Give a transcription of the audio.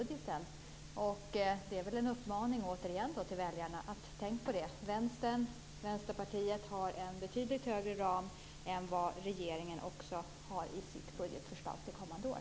Det är väl återigen en uppmaning till väljarna: Tänk på att Vänsterpartiet har en betydligt högre ram än vad regeringen har i sitt budgetförslag till kommande år.